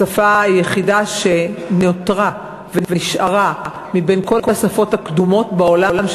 השפה היחידה שנותרה ונשארה מבין כל השפות הקדומות בעולם,